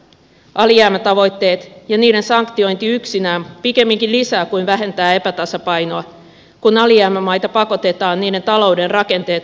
alijäämätavoitteet ja niiden sanktiointi yksinään pikemminkin lisää kuin vähentää epätasapainoa kun alijäämämaita pakotetaan niiden talouden rakenteet romahduttaviin uudistuksiin